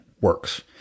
works